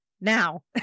now